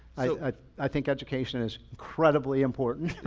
i i think education is incredibly important.